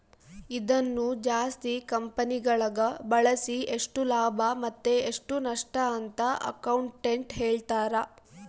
ಇದನ್ನು ಜಾಸ್ತಿ ಕಂಪೆನಿಗಳಗ ಬಳಸಿ ಎಷ್ಟು ಲಾಭ ಮತ್ತೆ ಎಷ್ಟು ನಷ್ಟಅಂತ ಅಕೌಂಟೆಟ್ಟ್ ಹೇಳ್ತಾರ